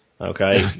okay